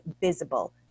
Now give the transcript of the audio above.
visible